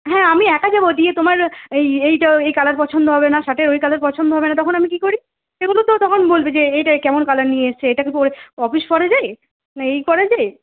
হ্যাঁ আমি একা যাব দিয়ে তোমার এই এই কালার পছন্দ হবে না সার্টের ওই কালার পছন্দ হবে না তখন আমি কি করি তুমিই তো তখন বলে এটা কেমন কালার নিয়ে এসেছে এটা কি পরে অফিস করা যায় না এই করা যায়